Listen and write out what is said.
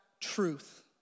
truth